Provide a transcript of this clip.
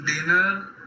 Dinner